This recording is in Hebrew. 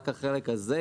רק החלק הזה,